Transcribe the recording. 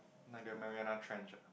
like the Mariana-Trench ah